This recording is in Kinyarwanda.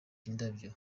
indabyo